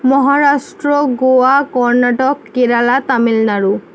Maharashtra Goa Karnataka Kerala Tamil Nadu